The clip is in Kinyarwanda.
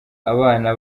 abana